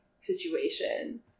situation